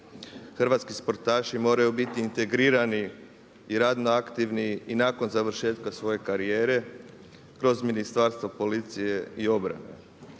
Hrvatski sportaši moraju biti integrirani i radno aktivni i nakon završetka svoje karijere kroz Ministarstvo policije i obrane.